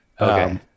Okay